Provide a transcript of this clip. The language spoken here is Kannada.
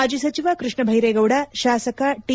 ಮಾಜಿ ಸಚಿವ ಕೃಷ್ಣ ಬೈರೇಗೌಡ ಶಾಸಕ ಟಿ